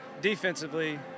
Defensively